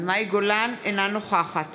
אינה נוכחת